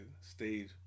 stayed